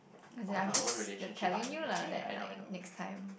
as in I'm just telling you lah that like next time